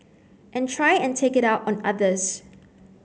and try and take it out on others